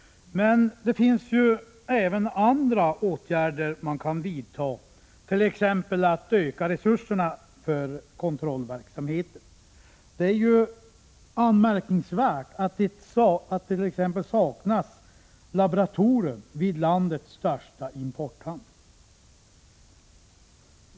Nu finns det även andra åtgärder att vidta, t.ex. att öka resurserna för kontrollverksamheten. Det är anmärkningsvärt att det saknas laboratorium vid landets största importhamn.